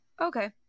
okay